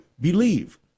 believe